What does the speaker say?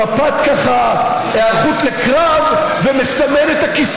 אני מבקש מכם, כל אחד ישמור על כבודו של